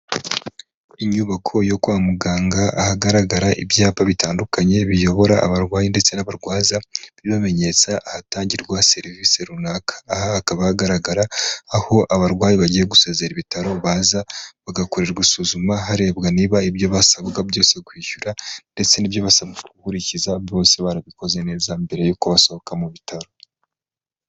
Inyubako yo kwa muganga, ahagaragara ibyapa bitandukanye biyobora abarwayi ndetse n'abarwaza, bibamenyesha ahatangirwa serivisi runaka, aha hakaba hagaragara aho abarwayi bagiye gusezera ibitaro baza bagakorerwa isuzuma harebwa niba ibyo basabwaga byose kwishyura, ndetse n'ibyo basaba gukurikiza bose barabikoze neza mbere yuko basohoka mu bitaro.